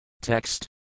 Text